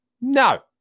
No